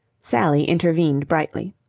sally intervened brightly.